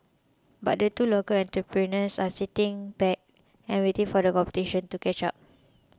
but the two local entrepreneurs are sitting back and waiting for the competition to catch up